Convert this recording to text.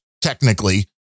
technically